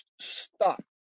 stop